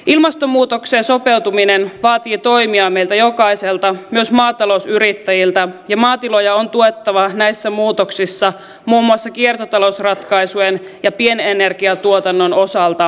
ilmastonmuutokseen sopeutuminen vaatii toimia meiltä jokaiselta myös maatalousyrittäjiltä ja maatiloja on tuettava näissä muutoksissa muun muassa kiertotalousratkaisujen ja pienenergiatuotannon osalta